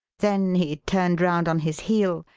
then he turned round on his heel,